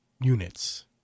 units